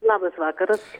labas vakaras